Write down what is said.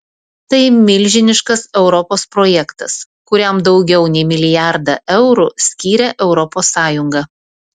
tai milžiniškas europos projektas kuriam daugiau nei milijardą eurų skyrė europos sąjunga